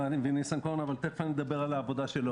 --- אבי ניסנקורן, תן לו הנחיות.